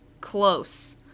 Close